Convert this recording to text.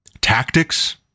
Tactics